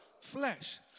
flesh